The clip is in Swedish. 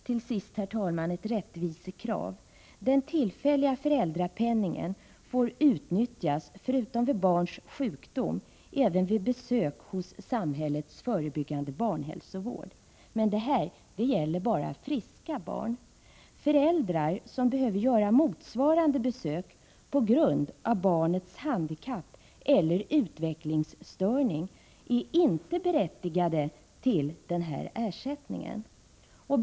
Till sist, herr talman, ett rättvisekrav: Den tillfälliga föräldrapenningen får utnyttjas, förutom vid barns sjukdom, vid besök hos samhällets förebyggande barnhälsovård. Med det gäller bara friska barn. Föräldrar som behöver göra motsvarande besök på grund av barns handikapp eller utvecklingsstörning är inte berättigade till den ersättningen.